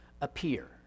appear